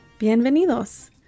Bienvenidos